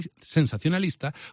sensacionalista